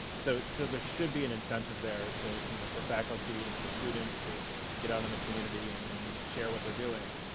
so, so there should be an incentive there to, you know, for faculty and for students to get out in the community and and share what they're doing.